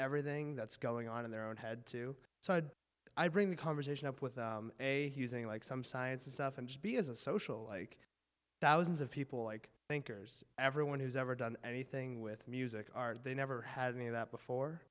everything that's going on in their own head to side i bring the conversation up with a using like some science stuff and just be as a social like thousands of people like thinkers everyone who's ever done anything with music art they never had any of that before